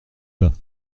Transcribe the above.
pas